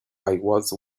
always